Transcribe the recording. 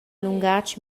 lungatg